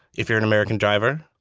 if you're an american driver,